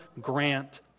Grant